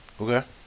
Okay